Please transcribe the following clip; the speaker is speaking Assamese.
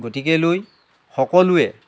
গতিকেলৈ সকলোৱে